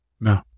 No